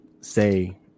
say